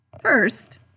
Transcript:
First